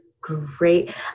great